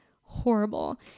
Horrible